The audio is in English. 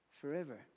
forever